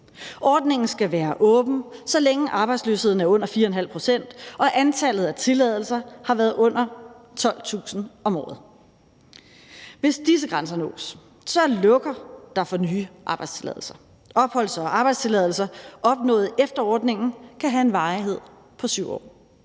Ordningen skal være åben, så længe arbejdsløsheden er under 4,5 pct. og antallet af tilladelser har været under 12.000 om året. Hvis disse grænser nås, lukkes der for nye opholdstilladelser. Opholds- og arbejdstilladelser opnået efter ordningen kan have en varighed på 7 år.